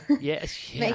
Yes